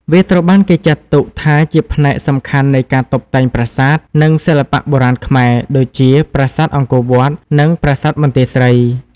វាត្រូវបានគេចាត់ទុកថាជាផ្នែកសំខាន់នៃការតុបតែងប្រាសាទ និងសិល្បៈបុរាណខ្មែរ ដូចជា ប្រាសាទអង្គរវត្ត និងប្រាសាទបន្ទាយស្រី។